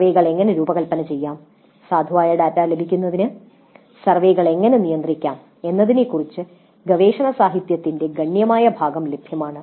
സർവേകൾ എങ്ങനെ രൂപകൽപ്പന ചെയ്യാം സാധുവായ ഡാറ്റ ലഭിക്കുന്നതിന് സർവേകൾ എങ്ങനെ നിയന്ത്രിക്കാം എന്നതിനെക്കുറിച്ച് ഗവേഷണ സാഹിത്യത്തിന്റെ ഗണ്യമായ ഭാഗം ലഭ്യമാണ്